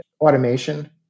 automation